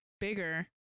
Bigger